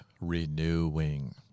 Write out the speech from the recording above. Renewing